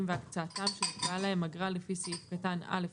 והקצאתם שנקבעה עליהם אגרה לפי סעיף קטן (א)(א1)